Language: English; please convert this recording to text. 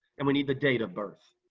and we need the date of birth.